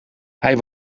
hij